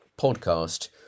podcast